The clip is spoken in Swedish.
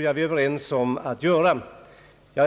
Jag